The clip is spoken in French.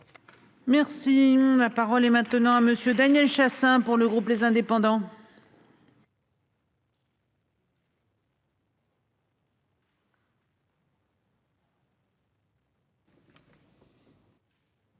Merci ma parole est maintenant à Monsieur Daniel Chassain pour le groupe les indépendants.